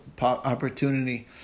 opportunity